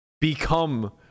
become